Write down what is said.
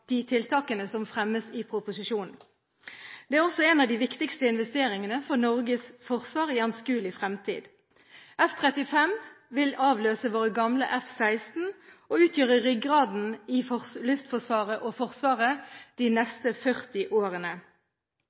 de tiltakene som fremmes i proposisjonen. Det er også en av de viktigste investeringene for Norges forsvar i anskuelig fremtid. F-35 vil avløse våre gamle F-16 og utgjøre ryggraden i Luftforsvaret og Forsvaret de neste 40 årene.